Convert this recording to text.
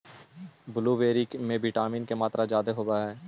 blueberry में vitamin के मात्रा जादे होब हई